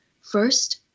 First